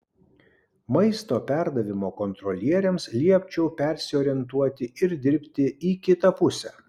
maisto perdavimo kontrolieriams liepčiau persiorientuoti ir dirbti į kitą pusę